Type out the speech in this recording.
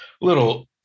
little